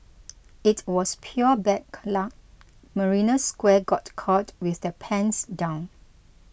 it was pure back luck Marina Square got caught with their pants down